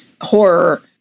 horror